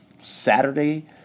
Saturday